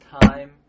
time